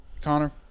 Connor